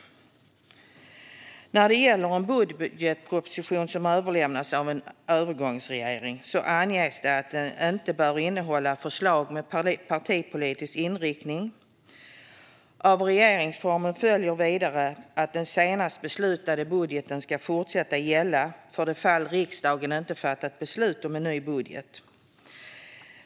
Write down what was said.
När det gäller en budgetproposition som överlämnas av en övergångsregering anges att den inte bör innehålla förslag med en partipolitisk inriktning. Av regeringsformen följer vidare att den senast beslutade budgeten ska fortsätta att gälla för det fall att riksdagen inte fattar beslut om en ny budget.